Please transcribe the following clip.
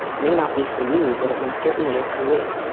may not be for you, but it most certainly is for me